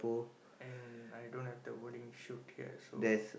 and I don't have the wording shoot here so